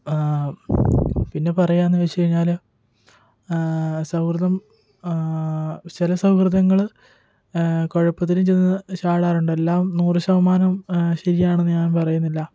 പിന്നെപറയാന്ന് വെച്ച്കഴിഞ്ഞാല് സൗഹൃദം ചില സൗഹൃദങ്ങള് കുഴപ്പത്തിലും ചെന്ന് ചാടാറുണ്ട് എല്ലാം നൂറു ശതമാനവും ശരിയാണെന്ന് ഞാൻ പറയുന്നില്ല